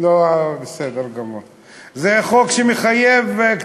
השר נמצא.